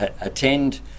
attend